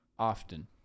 often